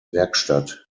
werkstatt